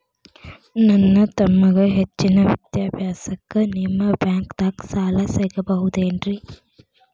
ನನ್ನ ತಮ್ಮಗ ಹೆಚ್ಚಿನ ವಿದ್ಯಾಭ್ಯಾಸಕ್ಕ ನಿಮ್ಮ ಬ್ಯಾಂಕ್ ದಾಗ ಸಾಲ ಸಿಗಬಹುದೇನ್ರಿ?